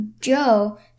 Joe